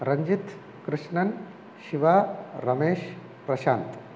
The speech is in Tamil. ரஞ்சித் கிருஷ்ணன் சிவா ரமேஷ் ப்ரஷாந்த்